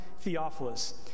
Theophilus